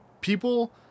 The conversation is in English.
People